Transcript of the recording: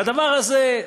והדבר הזה,